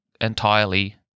entirely